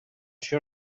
això